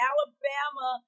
Alabama